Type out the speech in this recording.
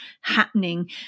happening